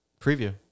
preview